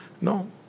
No